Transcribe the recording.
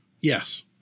Yes